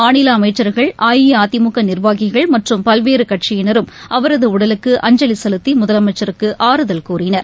மாநில அமைச்சர்கள் அஇஅதிமுக நிர்வாகிகள் மற்றும் பல்வேறு கட்சியினரும் அவரது உடலுக்கு அஞ்சலி செலுத்தி முதலமைச்சருக்கு ஆறுதல் கூறினர்